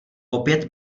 opět